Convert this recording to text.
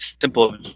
simple